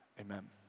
Amen